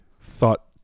thought